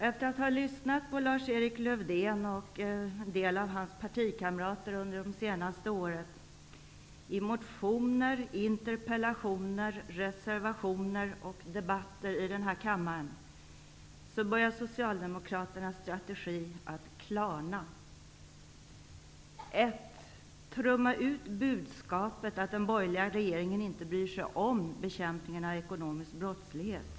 Efter att ha tagit del av vad Lars-Erik Lövdén och en del av hans partikamrater har haft att framföra under det senaste året i motioner, interpellationer, reservationer och debatter i kammaren börjar Socialdemokraternas strategi att klarna. För det första: Man skall trumma ut budskapet att den borgerliga regeringen inte bryr sig om bekämpningen av ekonomisk brottslighet.